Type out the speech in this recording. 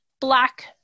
black